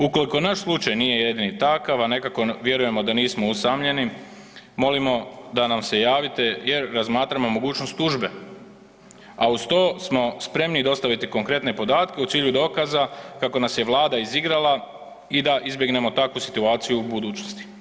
Ukoliko naš slučaj nije jedini takav, a nekako vjerujemo da nismo usamljeni, molimo da nam se javite jer razmatramo mogućnost tužbe, a uz to smo spremni dostaviti i konkretne podatke u cilju dokaza kako nas je vlada izigrala i da izbjegnemo takvu situaciju u budućnosti.